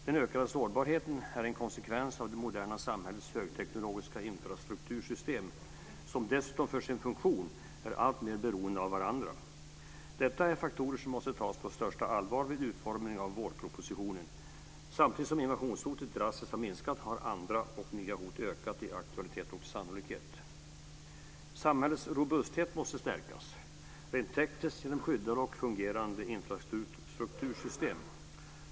Den ökade sårbarheten är en konsekvens av det moderna samhällets högteknologiska infrastruktursystem, som dessutom för sin funktion är alltmer beroende av varandra. Detta är faktorer som måste tas på största allvar vid utformningen av vårpropositionen. Samtidigt som invasionshotet drastiskt har minskat har andra och nya hot ökat i aktualitet och sannolikhet. Samhällets robusthet måste stärkas rent tekniskt genom skyddade och fungerande infrastruktursystem.